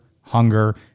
hunger